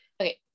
Okay